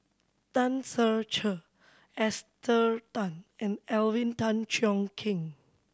Tan Ser Cher Esther Tan and Alvin Tan Cheong Kheng